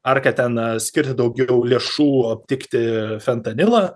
ar kad ten skirti daugiau lėšų aptikti fentanilą